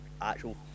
actual